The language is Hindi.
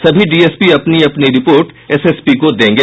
सभी डीएसपी अपनी अपनी रिपोर्ट एसएसपी को देंगे